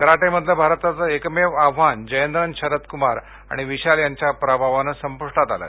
कराटेमधलं भारताचं एकमेव आव्हान जयेंद्रन शरद कुमार आणि विशाल यांच्या पराभवानं संपूष्टात आलं